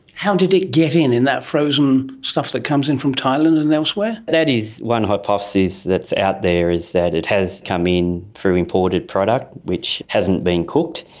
how did it get in? in that frozen stuff that comes in from thailand and elsewhere? that is one hypotheses that is out there, is that it has come in through imported product which hasn't been cooked.